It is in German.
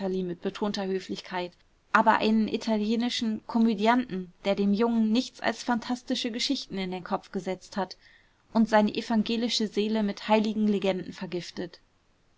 mit betonter höflichkeit aber einen italienischen komödianten der dem jungen nichts als phantastische geschichten in den kopf gesetzt hat und seine evangelische seele mit heiligenlegenden vergiftet